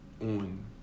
on